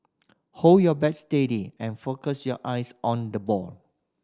hold your bat steady and focus your eyes on the ball